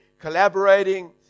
collaborating